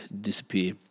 disappear